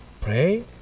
pray